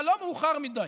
אבל לא מאוחר מדי.